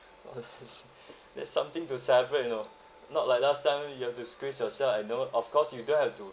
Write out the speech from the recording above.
!wah! it's that something to celebrate you know not like last time you have to squeeze yourselves like know of course you don't have to